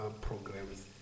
programs